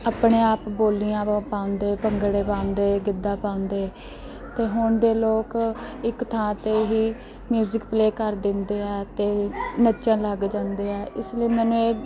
ਆਪਣੇ ਆਪ ਬੋਲੀਆਂ ਪਾਉਂਦੇ ਭੰਗੜੇ ਪਾਉਂਦੇ ਗਿੱਧਾ ਪਾਉਂਦੇ ਅਤੇ ਹੁਣ ਦੇ ਲੋਕ ਇੱਕ ਥਾਂ 'ਤੇ ਹੀ ਮਿਊਜਿਕ ਪਲੇਅ ਕਰ ਦਿੰਦੇ ਹੈ ਅਤੇ ਨੱਚਣ ਲੱਗ ਜਾਂਦੇ ਹੈ ਇਸ ਲਈ ਮੈਨੂੰ ਇਹ